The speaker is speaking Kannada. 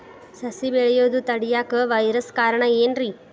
ಸಸಿ ಬೆಳೆಯುದ ತಡಿಯಾಕ ವೈರಸ್ ಕಾರಣ ಏನ್ರಿ?